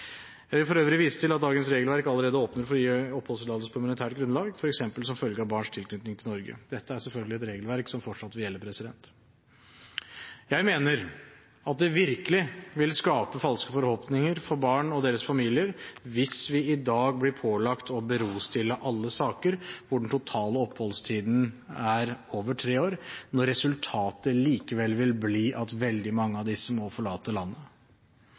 Jeg vil for øvrig vise til at dagens regelverk allerede åpner for å gi oppholdstillatelse på humanitært grunnlag, f.eks. som følge av barns tilknytning til Norge. Dette er selvfølgelig et regelverk som fortsatt vil gjelde. Jeg mener at det virkelig vil skape falske forhåpninger for barn og deres familier hvis vi i dag blir pålagt å stille i bero alle saker hvor den totale oppholdstiden er over tre år, når resultatet likevel vil bli at veldig mange av disse må forlate landet.